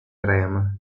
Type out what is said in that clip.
crema